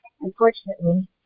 unfortunately